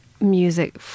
music